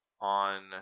on